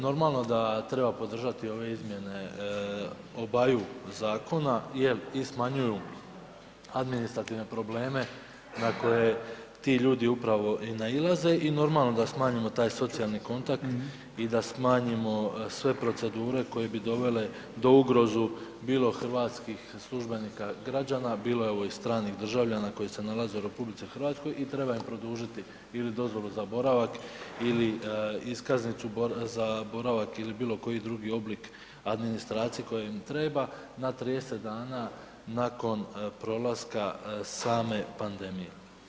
Normalno da treba podržati ove izmjene obaju zakona jel i smanjuju administrativne probleme na koje ti ljudi upravo i nailaze i normalno da smanjimo taj socijalni kontakt i da smanjimo sve procedure koje bi dovele do ugrozu bilo hrvatskih službenika građana, bilo evo i stranih državljana koji se nalaze u RH i treba im produžiti ili dozvolu za boravak ili iskaznicu za boravak ili bilo koji drugi oblik administracije koja im treba na 30 dana nakon prolaska same pandemije.